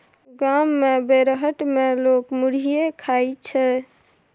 गाम मे बेरहट मे लोक मुरहीये खाइ छै